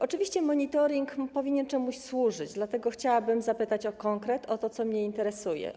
Oczywiście monitoring powinien czemuś służyć, dlatego chciałabym zapytać o konkret, o to, co mnie interesuje.